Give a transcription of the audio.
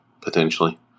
potentially